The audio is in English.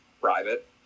private